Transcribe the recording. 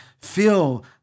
feel